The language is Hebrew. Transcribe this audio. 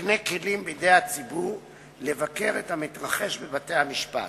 מקנה כלים בידי הציבור לבקר את המתרחש בבתי-המשפט.